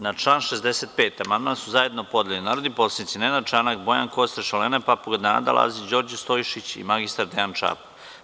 Na član 65. amandman su zajedno podneli narodni poslanici Nenad Čanak, Bojan Kostreš, Olena Papuga, Nada Lazić, Đorđe Stojšić i mg Dejan Čapo.